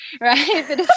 right